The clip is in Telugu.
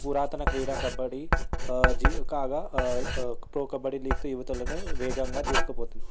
పురాతన క్రీడా కబడ్డీ జి కాగా ప్రో కబడ్డీ లీగ్తో యువతలను వేగంగా దూసుకుపోతుంది